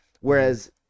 Whereas